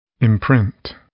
imprint